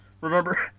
remember